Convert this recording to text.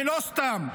ולא סתם.